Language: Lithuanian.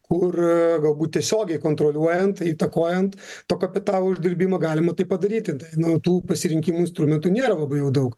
kur galbūt tiesiogiai kontroliuojant įtakojant to kapitalo uždirbimą galima tai padaryti tai nuo tų pasirinkimų instrumentų nėra labai jau daug